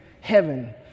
heaven